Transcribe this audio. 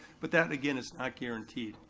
but that again is not guaranteed.